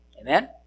Amen